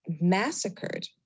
massacred